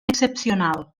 excepcional